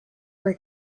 were